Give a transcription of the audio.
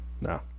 No